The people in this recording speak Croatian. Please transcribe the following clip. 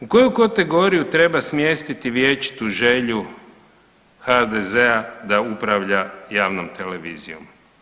U koju kategoriju treba smjestiti vječitu želju HDZ-a da upravlja javnom televizijom?